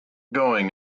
going